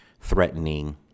threatening